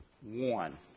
One